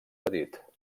petit